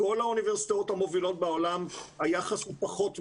בכל האוניברסיטאות המובילות בעולם היחס הוא פחות מעשר,